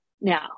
now